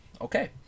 Okay